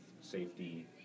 safety